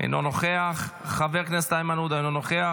אינו נוכח, חבר הכנסת איימן עודה, אינו נוכח.